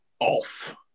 off